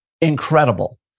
incredible